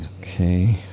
okay